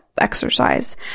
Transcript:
exercise